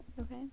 Okay